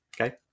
Okay